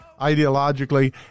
ideologically